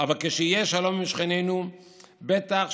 אבל כשיהיה שלום עם שכנינו,